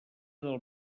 del